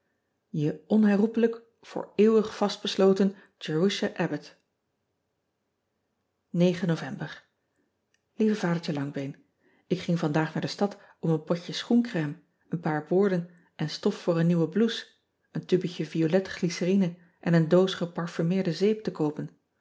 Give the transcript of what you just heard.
e onherroepelijk voor eeuwig vastbesloten erusha bbott ovember ieve adertje angbeen k ging vandaag naar de stad om een potje schoencrème een paar boorden en stof voor een nieuwe blouse een tubetje violetglycerine en een doos geparfumeerde zeep te koopen